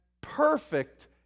Perfect